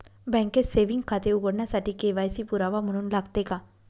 बँकेत सेविंग खाते उघडण्यासाठी के.वाय.सी पुरावा म्हणून लागते का?